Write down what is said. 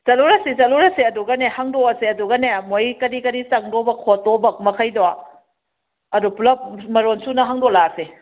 ꯆꯠꯂꯨꯔꯁꯤ ꯆꯠꯂꯨꯔꯁꯤ ꯑꯗꯨꯒꯅꯦ ꯍꯪꯗꯣꯛꯑꯁꯦ ꯑꯗꯨꯒꯅꯦ ꯃꯣꯏ ꯀꯔꯤ ꯀꯔꯤ ꯆꯪꯗꯧꯕ ꯈꯣꯠꯇꯧꯕ ꯃꯈꯩꯗꯣ ꯑꯗꯣ ꯄꯨꯂꯞ ꯃꯔꯣꯜ ꯁꯨꯅ ꯍꯪꯗꯣꯛꯂꯛꯑꯁꯦ